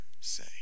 say